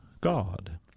God